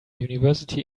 university